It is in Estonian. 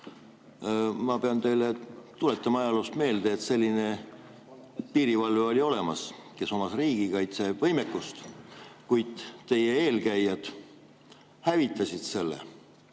Ma pean teile ajaloost meelde tuletama, et selline piirivalve oli olemas, kes omas riigikaitsevõimekust, kuid teie eelkäijad hävitasid selle.